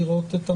לראות את המענה,